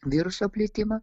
viruso plitimą